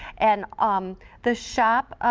and um the shop,